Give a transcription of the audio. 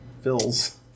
Fills